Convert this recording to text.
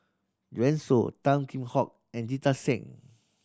Joanne Soo Tan Kheam Hock and Jita Singh